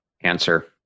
answer